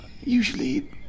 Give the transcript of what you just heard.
usually